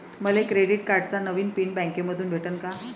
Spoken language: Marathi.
मले क्रेडिट कार्डाचा नवा पिन बँकेमंधून भेटन का?